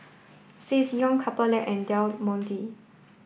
Ssangyong Couple Lab and Del Monte